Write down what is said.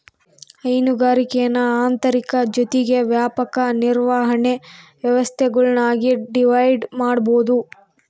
ಹೈನುಗಾರಿಕೇನ ಆಂತರಿಕ ಜೊತಿಗೆ ವ್ಯಾಪಕ ನಿರ್ವಹಣೆ ವ್ಯವಸ್ಥೆಗುಳ್ನಾಗಿ ಡಿವೈಡ್ ಮಾಡ್ಬೋದು